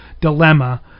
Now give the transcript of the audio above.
dilemma